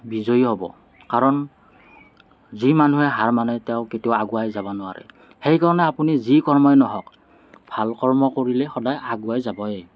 বিজয়ী হ'ব কাৰণ যি মানুহে হাৰ মানে তেওঁ কেতিয়াও আগুৱাই যাব নোৱাৰে সেইকাৰণে আপুনি যি কৰ্মই নহওঁক ভাল কৰ্ম কৰিলে সদায় আগুৱাই যাবই